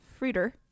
Frieder